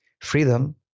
freedom